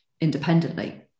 independently